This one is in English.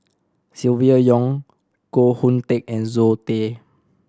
Silvia Yong Koh Hoon Teck and Zoe Tay